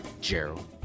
Gerald